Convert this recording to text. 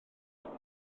elgan